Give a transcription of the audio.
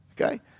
Okay